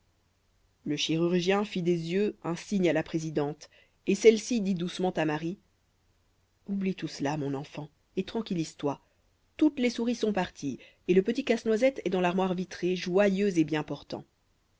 le chirurgien fit des yeux un signe à la présidente et celle-ci dit doucement à marie oublie tout cela mon enfant et tranquillise-toi toutes les souris sont parties et le petit casse-noisette est dans l'armoire vitrée joyeux et bien portant